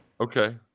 okay